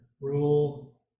rule